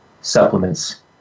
supplements